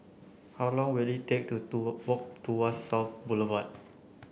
how long will it take to to walk Tuas South Boulevard